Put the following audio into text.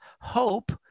hope